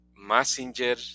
messenger